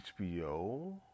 HBO